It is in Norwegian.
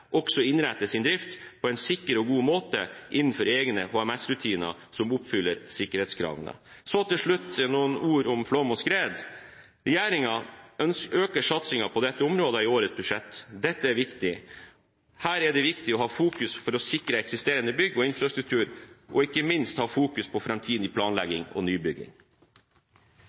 også innretter sin drift på en sikker og god måte innenfor egne HMS-rutiner som oppfyller sikkerhetskravene. Så til slutt noen ord om flom og skred. Regjeringen øker satsingen på dette området i årets budsjett. Dette er viktig. Her er det viktig å ha fokus på å sikre eksisterende bygg og infrastruktur og ikke minst ha fokus på framtidig planlegging og nybygging.